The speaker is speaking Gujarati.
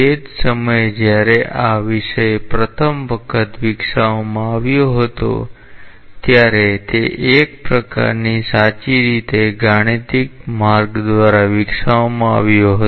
તે જ સમયે જ્યારે આ વિષય પ્રથમ વખત વિકસાવવામાં આવ્યો હતો ત્યારે તે એક પ્રકારની સાચી રીતે ગાણિતિક માર્ગ દ્વારા વિકસાવવામાં આવ્યો હતો